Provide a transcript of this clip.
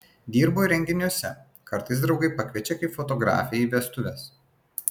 dirbu ir renginiuose kartais draugai pakviečia kaip fotografę į vestuves